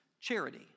charity